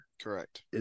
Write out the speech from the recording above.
Correct